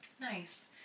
Nice